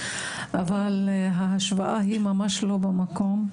אבל ההשוואה היא ממש לא במקום.